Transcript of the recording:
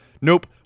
nope